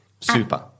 super